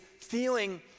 feeling